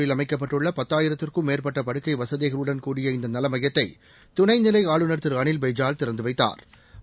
ரில் அமைக்கப்பட்டுள்ள பத்தாயிரத்திற்கும் மேற்பட்ட படுக்கை வசதிகளுடன் கூடிய இந்த நல மையத்தை துணைநிலை ஆளுநர் திரு அனில் பைஜால் திறந்து வைத்தாா்